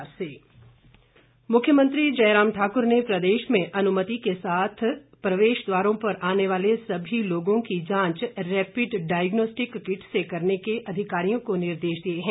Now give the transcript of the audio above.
मुख्यमंत्री मुख्यमंत्री जयराम ठाकुर ने प्रदेश में अनुमति के साथ प्रदेश के प्रवेश द्वारों पर आने वाले सभी लोगों की जांच रैपिड डाईग्नोस्टिक किट से करने के अधिकारियों को निर्देश दिए हैं